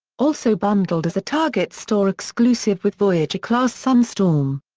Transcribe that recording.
also bundled as a target store exclusive with voyager class sunstorm.